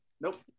Nope